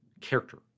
character